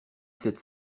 sept